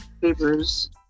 papers